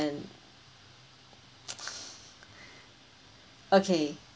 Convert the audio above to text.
and okay